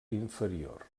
inferior